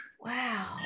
Wow